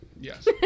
Yes